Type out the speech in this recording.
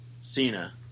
Cena